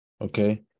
okay